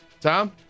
Tom